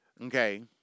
Okay